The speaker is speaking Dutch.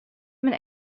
mijn